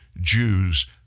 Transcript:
Jews